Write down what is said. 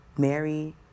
Mary